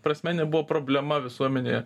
prasme nebuvo problema visuomenėje